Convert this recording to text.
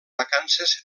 vacances